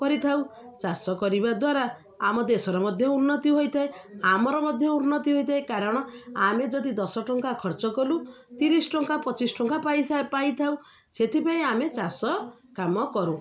କରିଥାଉ ଚାଷ କରିବା ଦ୍ୱାରା ଆମ ଦେଶର ମଧ୍ୟ ଉନ୍ନତି ହୋଇଥାଏ ଆମର ମଧ୍ୟ ଉନ୍ନତି ହୋଇଥାଏ କାରଣ ଆମେ ଯଦି ଦଶ ଟଙ୍କା ଖର୍ଚ୍ଚ କଲୁ ତିରିଶ ଟଙ୍କା ପଚିଶ ଟଙ୍କା ପାଇଥାଉ ସେଥିପାଇଁ ଆମେ ଚାଷ କାମ କରୁ